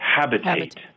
habitate